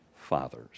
father's